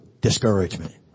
discouragement